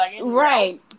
right